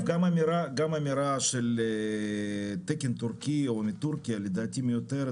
גם אמירה של תקן טורקי או מטורקיה לדעתי מיותרת,